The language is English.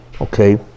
okay